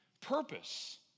purpose